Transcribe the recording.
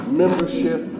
membership